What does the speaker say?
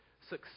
success